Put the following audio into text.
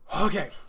Okay